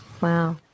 Wow